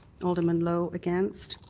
alderman lowe against,